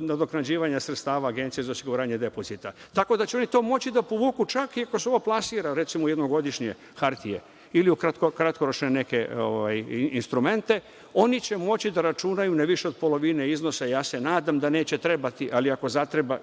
nadoknađivanja sredstava Agencije za osiguranje depozita, tako da će oni to moći ovo da povuku, čak i ako se ovo plasira, recimo, jednom godišnje, hartije ili kratkoročno neke instrumente. Oni će moći da računaju na više od polovine iznosa. Ja se nadam da neće trebati, ali ako zatreba,